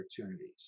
opportunities